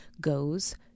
goes